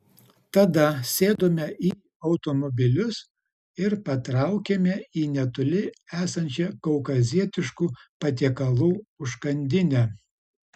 tada sėdome į automobilius ir patraukėme į netoli esančią kaukazietiškų patiekalų užkandinę